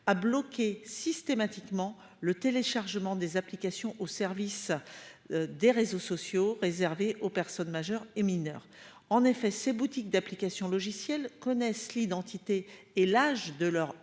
à bloquer systématiquement le téléchargement des applications au service. Des réseaux sociaux réservés aux personnes majeures et mineures en effet ces boutiques d'applications logicielles connaissent l'identité et l'âge de leurs